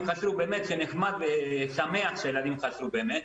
חזרו וזה באמת נחמד ושמח שהילדים חזרו,